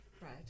Right